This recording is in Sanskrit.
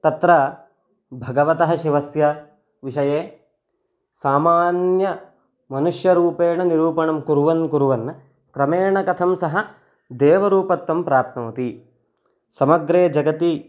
तत्र भगवतः शिवस्य विषये सामान्यमनुष्यरूपेण निरूपणं कुर्वन् कुर्वन् क्रमेण कथं सः देवरूपत्वं प्राप्नोति समग्रे जगति